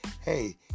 hey